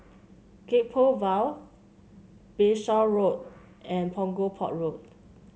Gek Poh Ville Bayshore Road and Punggol Port Road